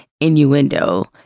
innuendo